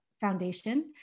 Foundation